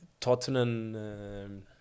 Tottenham